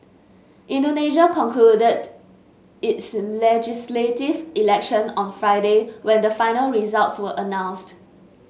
Indonesia concluded its legislative election on Friday when the final results were announced